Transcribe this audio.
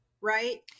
right